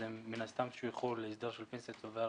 אז הם מן הסתם להסדר של פנסיה צוברת